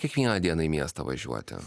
kiekvieną dieną į miestą važiuoti